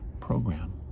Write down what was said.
program